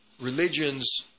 religions